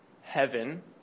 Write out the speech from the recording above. heaven